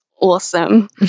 awesome